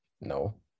No